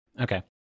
Okay